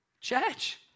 Church